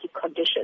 conditions